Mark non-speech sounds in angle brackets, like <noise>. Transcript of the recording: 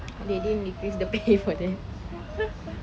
they didn't decrease the pay for them <laughs>